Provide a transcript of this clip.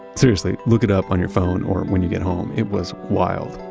seriously, look it up on your phone or when you get home. it was wild.